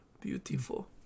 beautiful